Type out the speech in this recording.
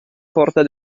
porta